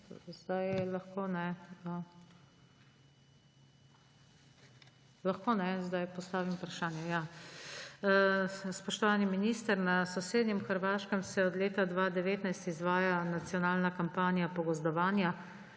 Lahko sedaj postavim vprašanje? Ja. Spoštovani minister! Na sosednjem Hrvaškem se od leta 2019 izvaja nacionalna kampanja pogozdovanja,